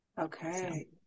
Okay